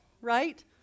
right